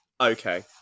Okay